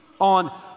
on